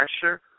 pressure